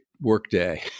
workday